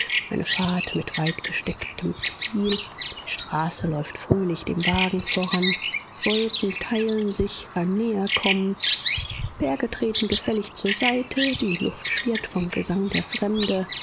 eine fahrt mit weitgestecktem ziel die straße läuft fröhlich dem wagen voran wolken teilen sich beim näherkommen berge treten gefällig zur seite die luft schwirrt vom gesang der fremde